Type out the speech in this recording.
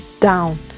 down